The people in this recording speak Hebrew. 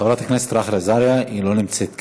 חברת הכנסת רחל עזריה, לא נמצאת כאן.